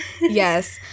Yes